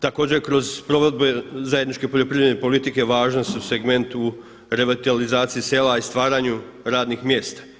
Također kroz provedbe zajedničke poljoprivredne politike važan su segment u revitalizaciji sela i stvaranju radnih mjesta.